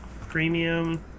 premium